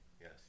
Yes